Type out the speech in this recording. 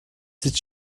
sieht